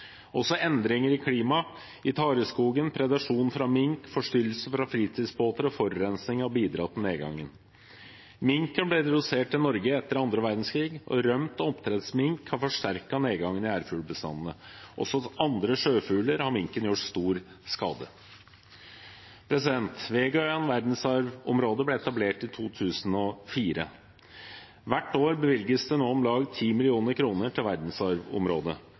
Også endringer i klima og i tareskogen, predasjon fra mink, forstyrrelser fra fritidsbåter og forurensing har bidratt til nedgangen. Minken ble introdusert til Norge etter første verdenskrig, og rømt oppdrettsmink har forsterket nedgangen i ærfuglbestandene. Også blant andre sjøfugler har minken gjort stor skade. Vegaøyan verdensarvområde ble etablert i 2004. Hvert år bevilges det nå om lag 10 mill. kr til verdensarvområdet.